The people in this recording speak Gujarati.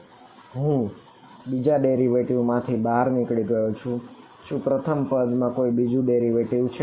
શું હું બીજા ડેરિવેટિવ છે